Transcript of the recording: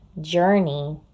journey